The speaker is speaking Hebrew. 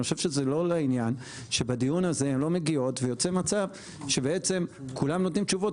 זה לא לעניין שבדיון הזה הן לא מגיעות ויוצר מצב שכולם נותנים תשובות